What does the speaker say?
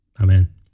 Amen